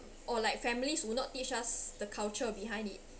or like families would not teach us the culture behind it